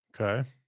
Okay